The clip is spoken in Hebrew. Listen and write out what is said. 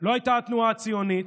לא היה התנועה הציונית,